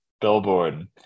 billboard